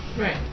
Right